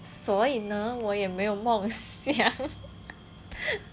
所以呢我也没有梦想